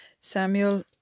Samuel